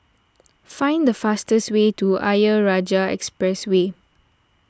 find the fastest way to Ayer Rajah Expressway